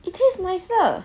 it tastes nicer